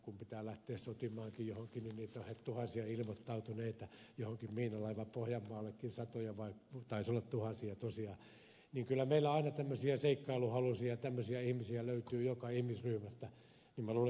kun pitää lähteä sotimaankin johonkin niin on heti tuhansia ilmoittautuneita johonkin miinalaiva pohjanmaallekin satoja vai taisi olla tuhansia tosiaan niin että kyllä meillä aina tämmöisiä seikkailunhaluisia ihmisiä löytyy joka ihmisryhmästä ja niin minä luulen että tästäkin